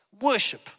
worship